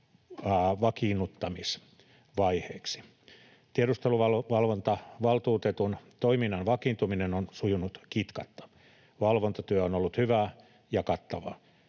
vakiinnuttamisvaiheeksi. Tiedusteluvalvontavaltuutetun toiminnan vakiintuminen on sujunut kitkatta. Valvontatyö on ollut hyvää ja kattavaa.